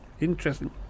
interesting